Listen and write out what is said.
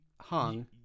hung